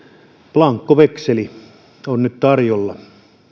blanko vekseli on nyt tarjolla